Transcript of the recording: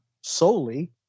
solely